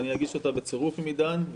ואני אגיש אותה בצירוף עם עידן.